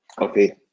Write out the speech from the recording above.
Okay